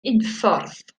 unffordd